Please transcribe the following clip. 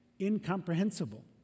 incomprehensible